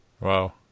Wow